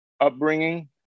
upbringing